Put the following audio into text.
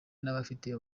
n’abafite